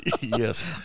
Yes